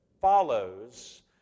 follows